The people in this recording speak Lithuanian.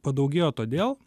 padaugėjo todėl